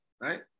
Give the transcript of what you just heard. right